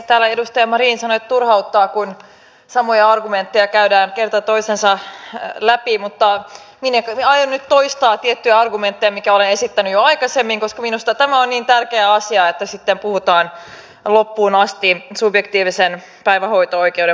täällä edustaja marin sanoi että turhauttaa kun samoja argumentteja käydään kerta toisensa jälkeen läpi mutta minäkin aion nyt toistaa tiettyjä argumentteja joita olen esittänyt jo aikaisemmin koska minusta tämä on niin tärkeä asia että sitten puhutaan loppuun asti subjektiivisen päivähoito oikeuden puolesta